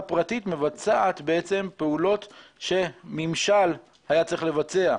פרטית מבצעת פעולות שממשל היה צריך לבצע,